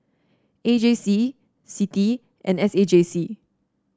A J C CITI and S A J C